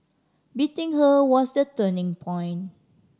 beating her was the turning point